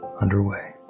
underway